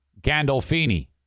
Gandolfini